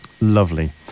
lovely